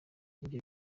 nibyo